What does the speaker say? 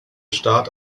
staat